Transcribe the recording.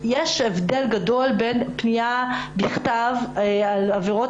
יש הבדל גדול בין פנייה בכתב על עבירות